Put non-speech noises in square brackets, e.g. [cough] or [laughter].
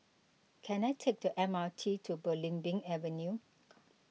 can I take the M R T to Belimbing Avenue [noise]